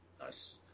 Nice